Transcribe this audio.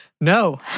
No